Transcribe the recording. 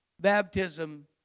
baptism